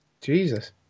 Jesus